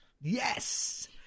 Yes